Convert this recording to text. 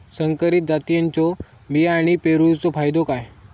संकरित जातींच्यो बियाणी पेरूचो फायदो काय?